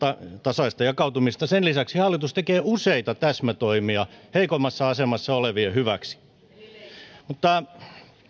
tasaista jakautumista sen lisäksi hallitus tekee useita täsmätoimia heikoimmassa asemassa olevien hyväksi